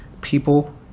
People